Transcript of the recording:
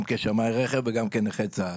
גם כשמאי רכב וגם כנכה צה"ל.